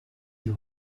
die